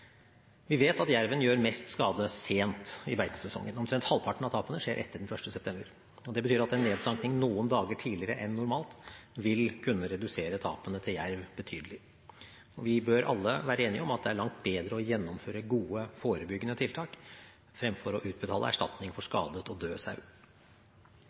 Vi vet at jerven gjør mest skade sent i beitesesongen. Omtrent halvparten av tapene skjer etter den 1. september. Det betyr at en nedsanking noen dager tidligere enn normalt vil kunne redusere tapene til jerv betydelig. Vi bør alle være enige om at det er langt bedre å gjennomføre gode forebyggende tiltak, fremfor å utbetale erstatning for